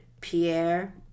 Pierre